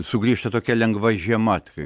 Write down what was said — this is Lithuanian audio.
sugrįžta tokia lengva žiema